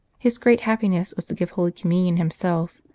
his great happiness was to give holy com munion himself,